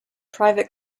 private